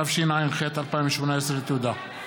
התשע"ח 2018. תודה.